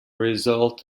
result